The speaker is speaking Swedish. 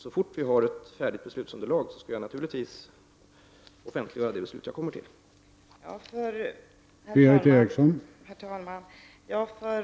Så fort vi har ett färdigt beslutsunderlag skall jag naturligtvis offentliggöra det beslut jag kommer fram till.